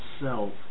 self